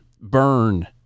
Burn